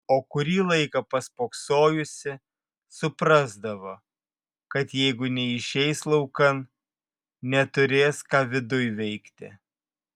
o kurį laiką paspoksojusi suprasdavo kad jeigu neišeis laukan neturės ką viduj veikti